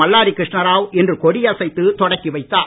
மல்லாடி கிருஷ்ணா ராவ் இன்று கொடி அசைத்து தொடக்கி வைத்தார்